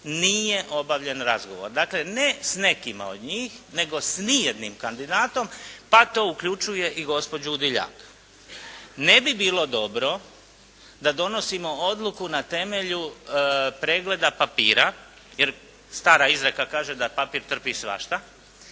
nije obavljen razgovor. Dakle ne s nekima od njih nego s nijednim kandidatom pa to uključuje i gospođu Udiljak. Ne bi bilo dobro da donosimo odluku na temelju pregleda papira jer stara izreka kaže da papir trpi svašta